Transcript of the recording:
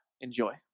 Enjoy